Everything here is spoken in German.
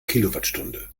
kilowattstunde